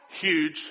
huge